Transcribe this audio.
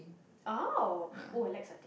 oh woo I like satay